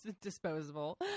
disposable